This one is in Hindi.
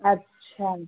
अच्छा